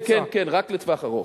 כן, כן, כן, רק לטווח ארוך.